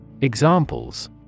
Examples